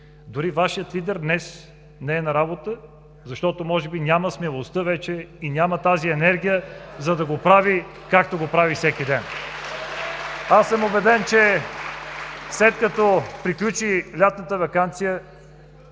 Дори Вашият лидер днес не е на работа, защото може би няма смелостта вече и няма тази енергия, за да го прави, както го прави всеки ден. (Ръкопляскания от ГЕРБ и ОП.) Аз съм убеден, че след като приключи лятната ваканция,